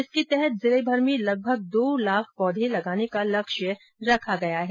इसके तहत जिलेभर में लगभग दो लाख पौधे लगाने का लक्ष्य रखा गया है